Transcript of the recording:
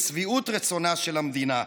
לשביעות רצונה של המדינה.